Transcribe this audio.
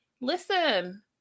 Listen